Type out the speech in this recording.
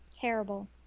Terrible